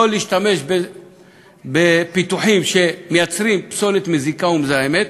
לא להשתמש בפיתוחים שמייצרים פסולת מזיקה ומזהמת,